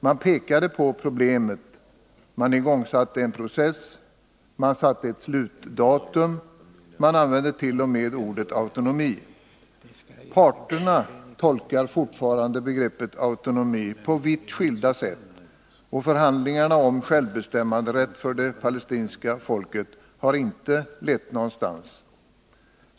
Man pekade på problemet, man igångsatte en process, man satte ett slutdatum — man använde till och med ordet autonomi. Parterna tolkar fortfarande begreppet autonomi på vitt skilda sätt, och förhandlingarna om självbestämmanderätt för det palestinska folket har inte lett någonstans.